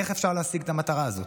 איך אפשר להשיג את המטרה הזאת.